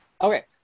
Okay